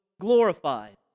glorified